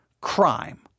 crime